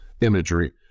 imagery